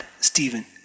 Stephen